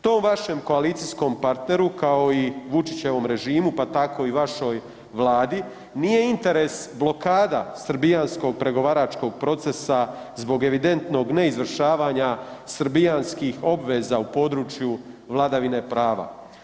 Tom vašem koalicijskom partneru kao i Vučićevom režimu, pa tako i vašoj Vladi, nije interes blokada srbijanskog pregovaračkog procesa zbog evidentnog neizvršavanja srbijanskih obveza u području vladavine prava.